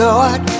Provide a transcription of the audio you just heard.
Lord